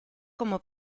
como